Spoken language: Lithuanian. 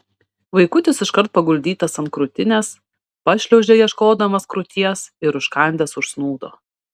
vaikutis iškart paguldytas ant krūtinės pašliaužė ieškodamas krūties ir užkandęs užsnūdo